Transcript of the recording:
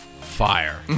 fire